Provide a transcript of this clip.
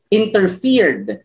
interfered